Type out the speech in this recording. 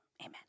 amen